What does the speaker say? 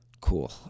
Cool